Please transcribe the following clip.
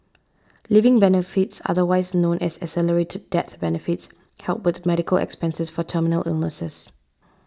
living benefits otherwise known as accelerated death benefits help with medical expenses for terminal illnesses